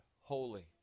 holy